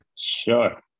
Sure